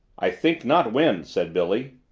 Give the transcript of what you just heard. i think not wind, said billy.